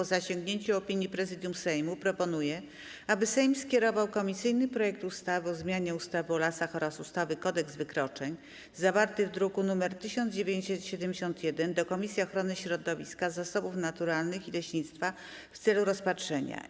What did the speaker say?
Marszałek Sejmu, po zasięgnięciu opinii Prezydium Sejmu, proponuje, aby Sejm skierował komisyjny projekt ustawy o zmianie ustawy o lasach oraz ustawy - Kodeks wykroczeń, zawarty w druku nr 1971, do Komisji Ochrony Środowiska, Zasobów Naturalnych i Leśnictwa w celu rozpatrzenia.